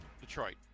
Detroit